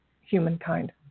humankind